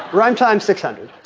primetime six hundred,